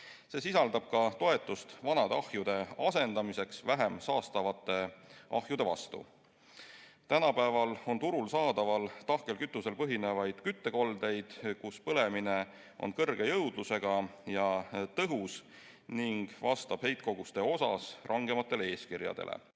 See sisaldab ka toetust vanade ahjude asendamiseks vähem saastavate ahjude vastu. Tänapäeval on turul saadaval tahkel kütusel põhinevaid küttekoldeid, kus põlemine on kõrge jõudlusega ja tõhus ning vastab heitkoguste osas rangematele eeskirjadele.